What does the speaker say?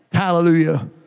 hallelujah